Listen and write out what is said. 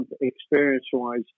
experience-wise